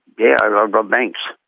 yeah robbed robbed banks.